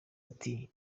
ati